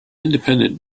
independent